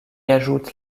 ajoute